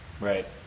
Right